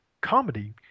comedy